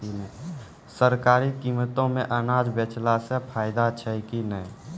सरकारी कीमतों मे अनाज बेचला से फायदा छै कि नैय?